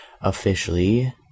officially